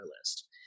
list